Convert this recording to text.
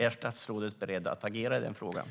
Är statsrådet beredd att agera i den frågan?